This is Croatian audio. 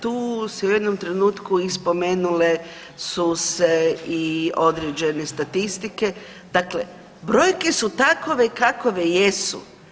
Tu se u jednom trenutku i spomenule su se i određene statistike, dakle, brojke su takove kakove jesu.